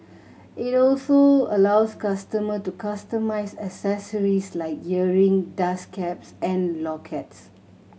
it also allows customer to customise accessories like earring dust caps and lockets